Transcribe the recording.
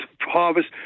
harvest